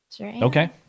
Okay